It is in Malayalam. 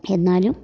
എന്നാലും